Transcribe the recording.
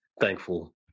thankful